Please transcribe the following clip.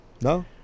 No